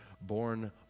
born